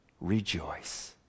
rejoice